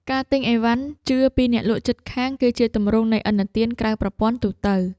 ការទិញឥវ៉ាន់ជឿពីអ្នកលក់ជិតខាង គឺជាទម្រង់នៃឥណទានក្រៅប្រព័ន្ធទូទៅ។